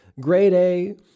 grade-A